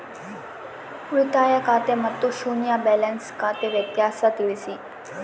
ಉಳಿತಾಯ ಖಾತೆ ಮತ್ತೆ ಶೂನ್ಯ ಬ್ಯಾಲೆನ್ಸ್ ಖಾತೆ ವ್ಯತ್ಯಾಸ ತಿಳಿಸಿ?